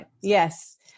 yes